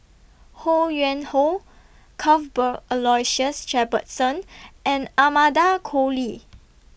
Ho Yuen Hoe Cuthbert Aloysius Shepherdson and Amanda Koe Lee